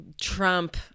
Trump